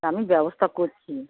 আমি ব্যবস্থা করছি